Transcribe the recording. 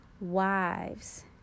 wives